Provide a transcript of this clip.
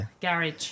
Garage